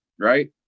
right